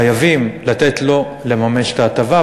חייבים לתת לו לממש את ההטבה.